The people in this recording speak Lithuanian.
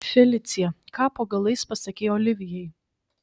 felicija ką po galais pasakei olivijai